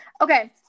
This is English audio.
Okay